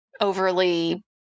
overly